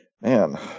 man